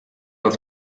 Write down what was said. auf